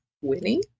winning